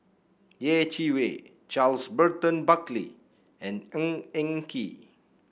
Yeh Chi Wei Charles Burton Buckley and Ng Eng Kee